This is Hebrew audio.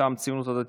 מטעם הציונות הדתית,